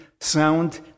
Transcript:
sound